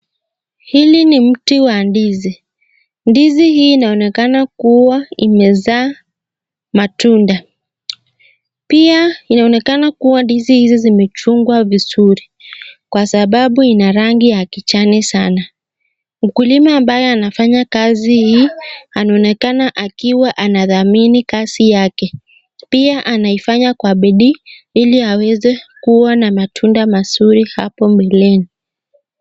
Huu ni mti wa ndizi. Ndizi hii inaonekana kuwa imezaa matunda. Pia inaonekana kuwa ndizi hizi zimechungwa vizuri kwa sababu ina rangi ya kijani sana. Mkulima ambaye anafanya kazi hii inaonekana anadhamini kazi yake sana. Pia anifanya kwa bidii ili aweze kuwa na matunda mazuri hapo mbeleni.